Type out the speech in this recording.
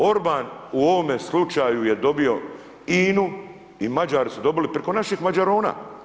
Orban u ovome slučaju je dobio INA-u i Mađari su dobili preko naših Mađarona.